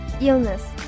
illness